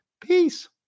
Peace